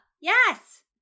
Yes